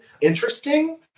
interesting